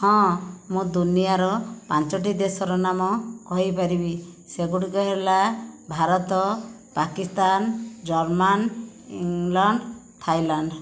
ହଁ ମୁଁ ଦୁନିଆର ପାଞ୍ଚଟି ଦେଶର ନାମ କହିପାରିବି ସେଗୁଡ଼ିକ ହେଲା Bharat Pakistan German England Thailand